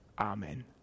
Amen